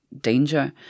danger